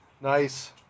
Nice